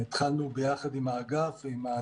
ולה של זמני ביניים בשוק העבודה שבהם